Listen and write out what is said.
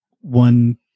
one